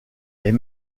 est